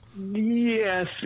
Yes